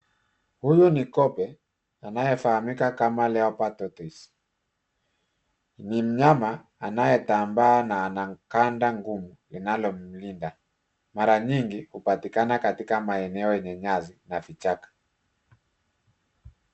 Huyu ni kobe anayefahamika kama Leopard Tortoise ni mnyama anayetambaa na anaganda ngumu linalo mlinda mara nyingi hupatikana katika maeneo yenye nyasi na vichaka.